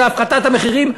של הפחתת המחירים,